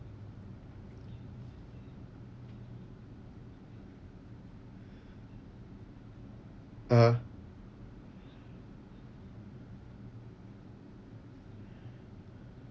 (uh huh)